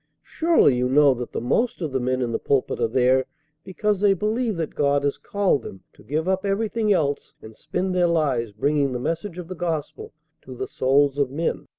surely you know that the most of the men in the pulpit are there because they believe that god has called them to give up everything else and spend their lives bringing the message of the gospel to the souls of men.